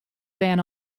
bern